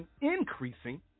increasing